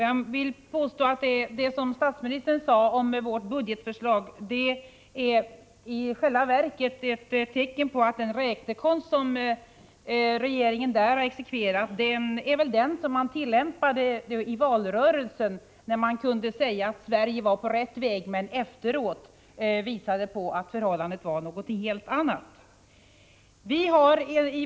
Jag vill påstå att det som statsministern sade om vårt budgetförslag i själva verket är ett tecken på att den räknekonst som regeringen där har exekverat väl är den som man tillämpade i valrörelsen, när man kunde säga att Sverige var på rätt väg men efteråt visade på att förhållandet var någonting helt annat.